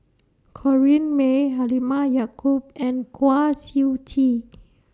Corrinne May Halimah Yacob and Kwa Siew Tee